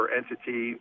entity